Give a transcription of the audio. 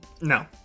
no